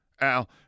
Al